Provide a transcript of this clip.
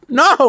no